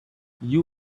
you